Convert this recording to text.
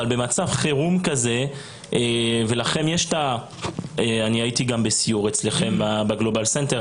אבל במצב חירום כזה יש לכם את -- אני הייתי בסיור אצלכם בגלובל סנטר,